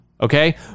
Okay